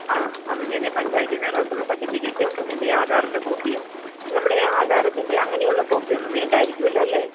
ആ അപ്പം ഞാൻ പഞ്ചായത്തീന്ന് റെസിഡെൻഷ്യൽ സർട്ടിഫിക്കറ്റും എൻ്റെ ആധാറിൻ്റെ കോപ്പിയും നമ്മുടെ ആധാരത്തിൻറ്റേയോ അങ്ങനെയുള്ള കോപ്പിയൊന്നും വേണ്ടായിരിക്കും അല്ലോല്ലേ